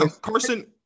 Carson